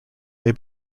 they